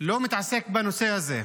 לא מתעסק בנושא הזה,